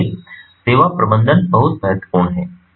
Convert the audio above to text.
इसलिए सेवा प्रबंधन बहुत महत्वपूर्ण है